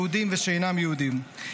יהודים ושאינם יהודים.